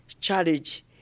challenge